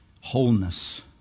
Wholeness